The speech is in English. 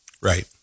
Right